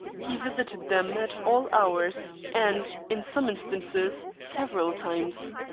he visited them at all hours, and, in some instances, several times.